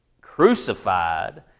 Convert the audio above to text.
crucified